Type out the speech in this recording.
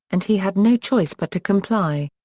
and he had no choice but to comply.